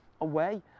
away